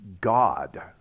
God